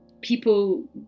people